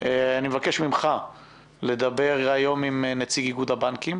אני מבקש ממך לדבר היום עם נציג איגוד הבנקים.